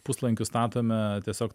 puslankiu statome tiesiog